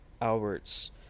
Albert's